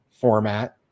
format